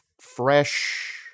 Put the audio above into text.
fresh